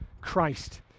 Christ